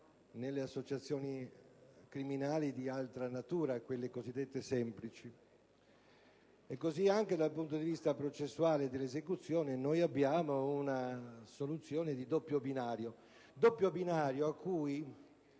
nelle associazioni criminali di altra natura, quelle cosiddette semplici. Anche dal punto di vista processuale dell'esecuzione, abbiamo una soluzione di doppio binario: doppio binario a cui